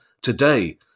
today